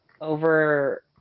over